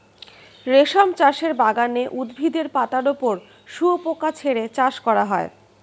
রেশম চাষের বাগানে উদ্ভিদের পাতার ওপর শুয়োপোকা ছেড়ে চাষ করা হয়